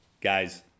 Guys